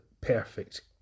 perfect